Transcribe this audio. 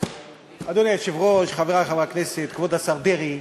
אדוני היושב-ראש, חברי חברי הכנסת, כבוד השר דרעי,